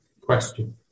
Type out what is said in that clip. question